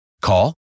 Call